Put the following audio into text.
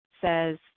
says